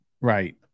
right